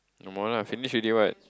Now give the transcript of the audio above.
no more lah finish already what